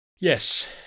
Yes